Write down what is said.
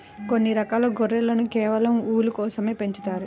కొన్ని రకాల గొర్రెలను కేవలం ఊలు కోసమే పెంచుతారు